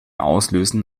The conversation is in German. auslösen